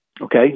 okay